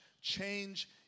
Change